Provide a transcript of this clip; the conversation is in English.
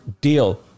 deal